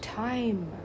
time